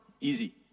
Easy